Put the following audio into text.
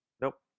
Nope